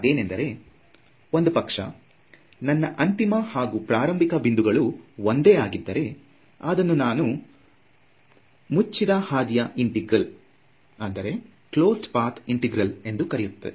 ಅದೇನೆಂದರೆ ಒಂದು ಪಕ್ಷ ನನ್ನ ಅಂತಿಮ ಹಾಗೂ ಪ್ರಾರಂಭಿಕ ಬಿಂದುಗಳು ಒಂದೇ ಆಗಿದ್ದರೆ ಅದನ್ನು ನಾವು ಇದನ್ನು ಮುಚ್ಚಿದ ಹಾದಿಯ ಇಂಟೆಗ್ರಲ್ ಎಂದಾಗುತ್ತದೆ